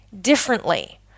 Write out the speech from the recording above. differently